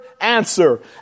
answer